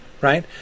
right